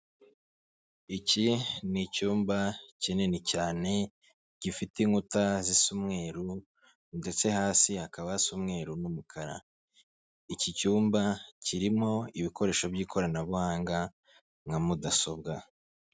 Iki ni icyumba kinini cyane, gifite inkuta zisa umweru ndetse hasi hakaba hasa umweru n'umukara. Iki cyumba kirimo ibikoresho by'ikoranabuhanga nka mudasobwa.